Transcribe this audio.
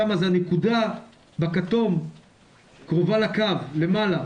שם זה הנקודה בכתום קרובה לקו למעלה.